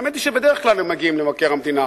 האמת היא שבדרך כלל הם מגיעים למבקר המדינה.